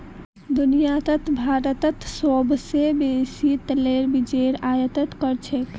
दुनियात भारतत सोबसे बेसी तेलेर बीजेर आयत कर छेक